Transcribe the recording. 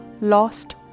lost